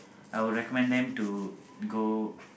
I would recommend them to go